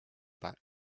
back